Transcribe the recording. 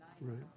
Right